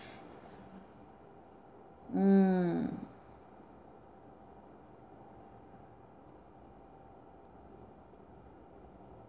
mm